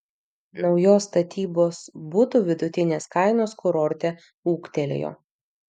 naujos statybos butų vidutinės kainos kurorte ūgtelėjo